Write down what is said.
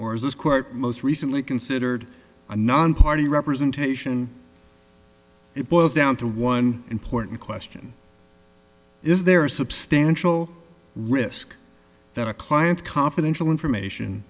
or as this court most recently considered a nonparty representation it boils down to one important question is there a substantial risk that a client's confidential information